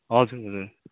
हजुर हजुर